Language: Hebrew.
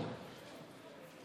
נשיא